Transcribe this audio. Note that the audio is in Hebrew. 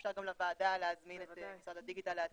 אפשר גם שהוועדה תזמין את משרד הדיגיטל להציג,